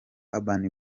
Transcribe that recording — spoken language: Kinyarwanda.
urban